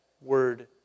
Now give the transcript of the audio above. word